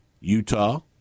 Utah